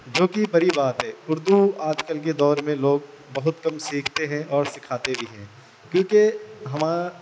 جوکہ بڑی بات ہے اردو آج کل کے دور میں لوگ بہت کم سیکھتے ہیں اور سکھاتے بھی ہیں کیوںکہ ہمہ